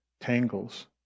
tangles